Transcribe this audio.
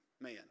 man